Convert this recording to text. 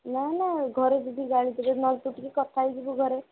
ନା ନା ଘରେ ଯଦି ଗାଳି କରିବେ ନହେଲେ ତୁ ଟିକେ କଥା ହେଇଯିବୁ ଘରେ